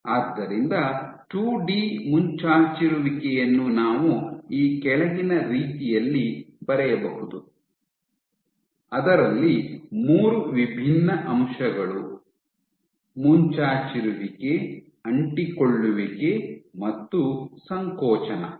ಆದ್ದರಿಂದ ಟೂಡಿ ಮುಂಚಾಚಿರುವಿಕೆಯನ್ನು ನಾವು ಈ ಕೆಳಗಿನ ರೀತಿಯಲ್ಲಿ ಬರೆಯಬಹುದು ಅದರಲ್ಲಿ ಮೂರು ವಿಭಿನ್ನ ಅಂಶಗಳು ಮುಂಚಾಚಿರುವಿಕೆ ಅಂಟಿಕೊಳ್ಳುವಿಕೆ ಮತ್ತು ಸಂಕೋಚನ